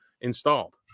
installed